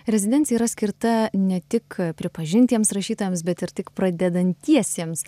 rezidencija yra skirta ne tik pripažintiems rašytojams bet ir tik pradedantiesiems